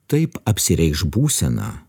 taip apsireikš būsena